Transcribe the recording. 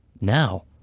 now